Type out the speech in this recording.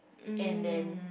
and then